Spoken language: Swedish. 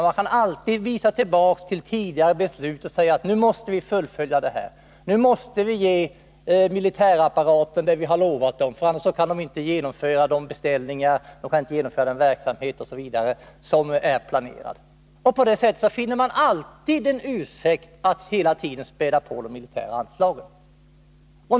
Man kan alltid hänvisa till tidigare fattade beslut och säga att nu måste vi fullfölja detta, nu måste vi ge militärapparaten vad vi har lovat den, annars kan den inte göra de beställningar den behöver, bedriva den verksamhet som är planerad osv. På det sättet finner man alltid en ursäkt att hela tiden späda på de militära anslagen.